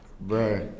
Bro